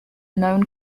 known